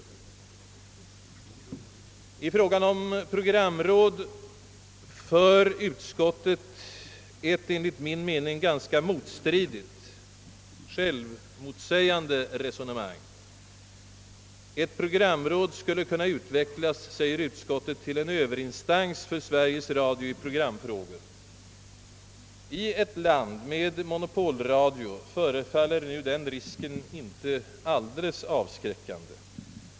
När det gäller frågan om ett programråd för utskottet ett enligt min mening ganska motsägande resonemang. Ett programråd skulle kunna utvecklas, säger utskottet, till en överinstans för Sveriges Radio i programfrågor. I ett land med monopolradio förefaller nu den risken inte alldeles avskräckande.